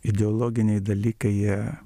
ideologiniai dalykai jie